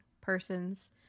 persons